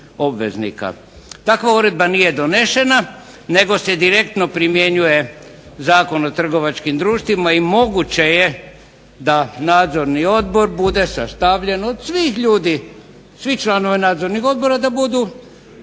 Takva uredba nije donešena nego se direktno primjenjuje Zakon o trgovačkim društvima i moguće je da nadzorni odbor bude sastavljen od svih ljudi svi članovi nadzornih odbora da budu